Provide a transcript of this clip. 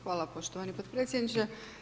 Hvala poštovani potpredsjedniče.